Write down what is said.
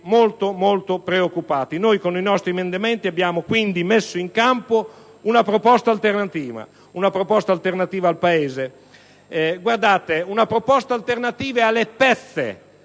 Con i nostri emendamenti abbiamo quindi messo in campo una proposta alternativa per il Paese, alternativa alle pezze,